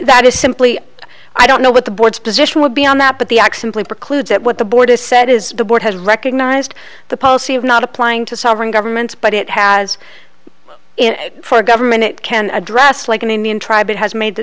that is simply i don't know what the board's position would be on that but the axim plea precludes that what the board has said is the board has recognized the policy of not applying to sovereign governments but it has and for a government it can address like an indian tribe it has made the